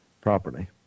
properly